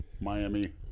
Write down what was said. Miami